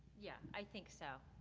yeah i think so.